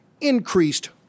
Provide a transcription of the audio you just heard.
increased